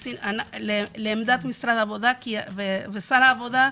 לעמדת משרד העבודה ושר העבודה,